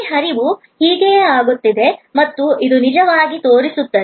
ಇಡೀ ಹರಿವು ಹೀಗೆಯೇ ಆಗುತ್ತಿದೆ ಮತ್ತು ಇದು ನಿಜವಾಗಿ ತೋರಿಸುತ್ತದೆ